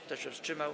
Kto się wstrzymał?